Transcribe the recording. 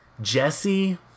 Jesse